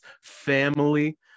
family